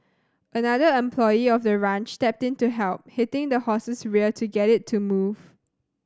another employee of the ranch stepped in to help hitting the horse's rear to get it to move